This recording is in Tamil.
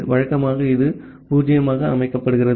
வழக்கமாக இது 0 ஆக அமைக்கப்படுகிறது